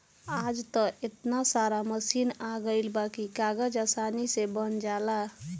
आज त एतना सारा मशीन आ गइल बा की कागज आसानी से बन जाला